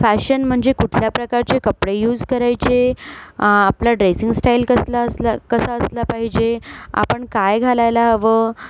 fashion म्हणजे कुठल्या प्रकारचे कपडे युस करायचे आपला ड्रेसिंग स्टाईल कसला असला कसा असला पाहिजे आपण काय घालायला हवं